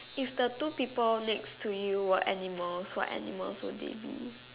is the two people next to you were animals so animals would they be